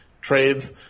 trades